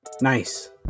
Nice